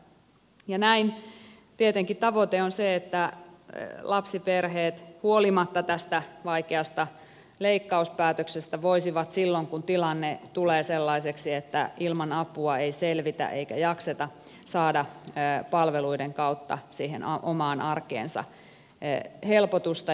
näin tietenkin tavoite on se että lapsiperheet huolimatta tästä vaikeasta leikkauspäätöksestä voisivat silloin kun tilanne tulee sellaiseksi että ilman apua ei selvitä eikä jakseta saada palveluiden kautta siihen omaan arkeensa helpotusta